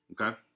okay